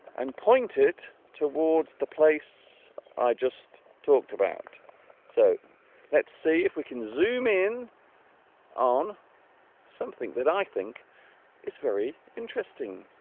and point it towards the place i just talked about so let's see if we can zoom in on something that i think is very interesting